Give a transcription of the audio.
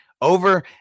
over